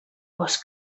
boscs